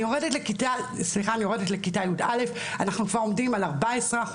אני יורדת לכיתה י"א ואנחנו עומדים על 14%,